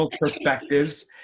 perspectives